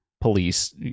police